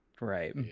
right